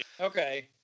Okay